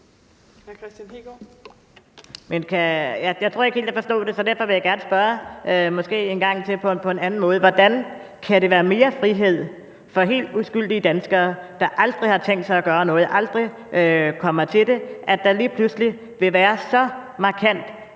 Jeg tror ikke, jeg helt forstod det, så derfor vil jeg gerne spørge en gang til på en anden måde: Hvordan kan det betyde mere frihed for helt uskyldige danskere, der aldrig har tænkt sig at gøre noget og aldrig kommer til det, at der lige pludselig vil være så markant